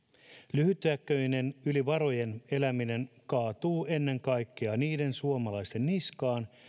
lyhytnäköinen yli varojen eläminen kaatuu ennen kaikkea niiden suomalaisten niskaan